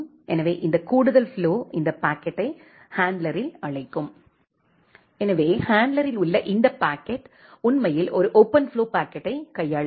எனவே இந்த கூடுதல் ஃப்ளோ இந்த பாக்கெட்டை ஹேண்ட்லரில் அழைக்கும் எனவே ஹேண்ட்லரில் உள்ள இந்த பாக்கெட் உண்மையில் ஒரு ஓபன்ஃப்ளோ பாக்கெட்டைக் கையாளுகிறது